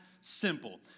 simple